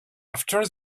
after